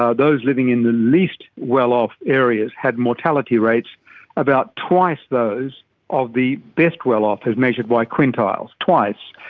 um those living in the least well-off areas had mortality rates about twice those of the best well-off as measured by quintiles, twice,